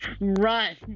Run